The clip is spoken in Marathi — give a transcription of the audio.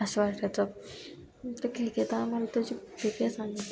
असं वाटायचं ते खेळ खेळताना मला